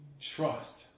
trust